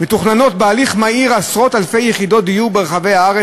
בהליך מהיר עשרות-אלפי יחידות דיור ברחבי הארץ.